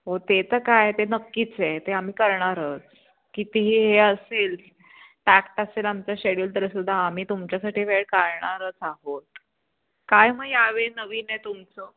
हो ते तर काय ते नक्कीच आहे ते आम्ही करणारच कितीही हे असेल पॅक्ट असेल आमचं शेड्युल तरीसुद्धा आम्ही तुमच्यासाठी वेळ काढणारच आहोत काय मग यावेळी नवीन आहे तुमचं